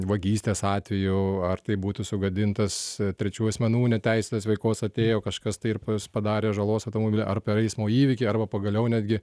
vagystės atveju ar tai būtų sugadintas trečių asmenų neteisėtos veikos atėjo kažkas tai ir pas padarė žalos automobiliui ar per eismo įvykį arba pagaliau netgi